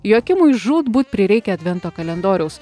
joakimui žūtbūt prireikia advento kalendoriaus